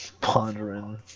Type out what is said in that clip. pondering